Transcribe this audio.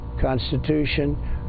Constitution